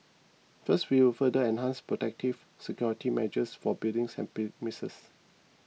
first we will further enhance protective security measures for buildings and premises